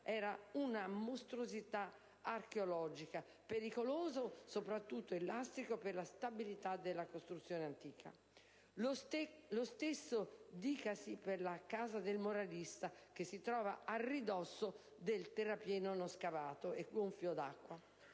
una mostruosità archeologica, pericolosa - soprattutto il lastrico - per la stabilità della costruzione antica. Lo stesso dicasi per la «Casa del Moralista», che si trova a ridosso del terrapieno non scavato e gonfio d'acqua.